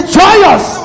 joyous